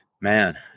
man